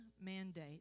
mandate